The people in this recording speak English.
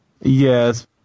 yes